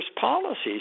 policies